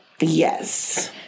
Yes